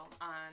on